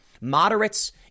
Moderates